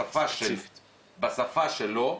בשפה שלו,